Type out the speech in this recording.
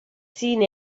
seen